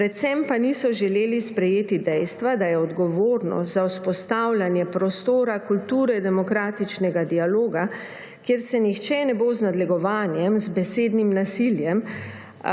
Predvsem pa niso želeli sprejeti dejstva, da je odgovornost za vzpostavljanje prostora kulture demokratičnega dialoga, kjer se nihče ne bo z nadlegovanjem, z besednim nasiljem,